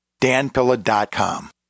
danpilla.com